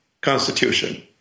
constitution